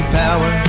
power